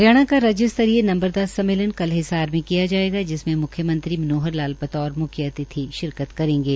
हरियाणा का राज्य स्तरीय नम्बरदार सम्मेलन कल हिसार में किया जायेगा जिसमें म्ख्यमंत्री मनोहर लाल बतौर म्ख्य अतिथि शिरकत करेंगे